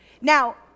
Now